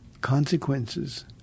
Consequences